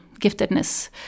giftedness